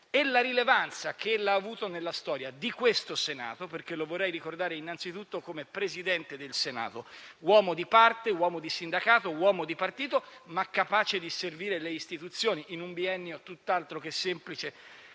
e la rilevanza che ella ha avuto nella storia di questo Senato. Lo vorrei ricordare, infatti, innanzitutto come Presidente del Senato, uomo di parte, uomo di sindacato, uomo di partito, ma capace di servire le istituzioni in un biennio tutt'altro che semplice